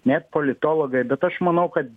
net politologai bet aš manau kad